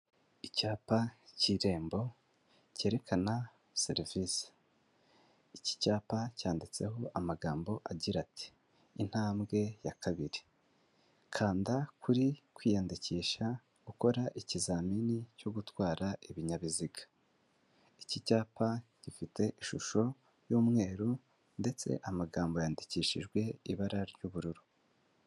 Icyapa cy'irembo cyerekana serivisi, iki cyapa cyanditseho amagambo agira ati intambwe ya kabiri, kanda kuri kwiyandikisha gukora ikizamini cyo gutwara ibinyabiziga, iki cyapa gifite ishusho y'umweru ndetse amagambo yandikishijwe ibara ry'ubururu.